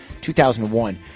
2001